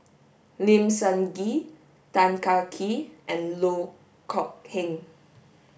Lim Sun Gee Tan Kah Kee and Loh Kok Heng